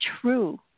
true